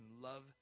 love